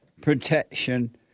protection